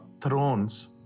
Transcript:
thrones